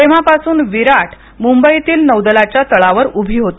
तेव्हापासून विराट मुंबईतील नौदलाच्या तळावर उभी होती